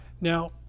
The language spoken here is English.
Now